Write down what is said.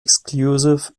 exclusive